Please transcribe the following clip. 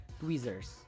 tweezers